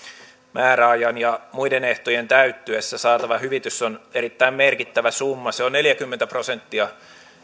määräajan ja muiden ehtojen täyttyessä saatava hyvitys on erittäin merkittävä summa se on neljäkymmentä prosenttia